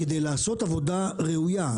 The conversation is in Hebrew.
כדי לעשות עבודה ראויה,